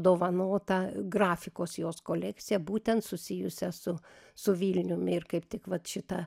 dovanotą grafikos jos kolekciją būtent susijusią su su vilnium ir kaip tik vat šita